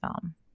film